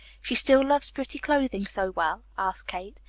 she still loves pretty clothing so well? asked kate.